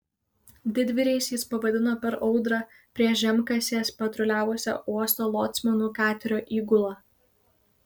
didvyriais jis pavadino per audrą prie žemkasės patruliavusią uosto locmanų katerio įgulą